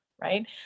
right